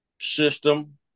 system